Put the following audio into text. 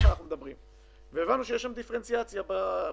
הבנו שיש דיפרנציאציה בסיוע.